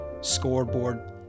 scoreboard